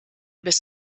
bis